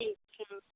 ठीक